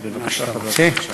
אז בבקשה, חבר הכנסת שי.